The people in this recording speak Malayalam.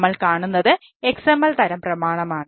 നമ്മൾ കാണുന്നത് XML തരം പ്രമാണമാണ്